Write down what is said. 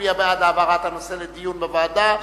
מצביע בעד העברת הנושא לדיון בוועדה,